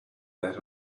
that